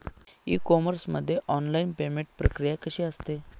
E commerce मध्ये online payment प्रक्रिया कशी असते?